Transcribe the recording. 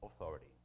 authority